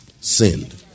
sinned